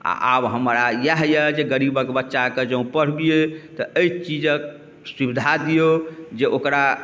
आओर आब हमरा इएह अइ जे गरीबके बच्चाके जँ पढ़बिए तऽ एहि चीजके सुविधा दिऔ जे ओकरा